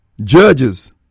judges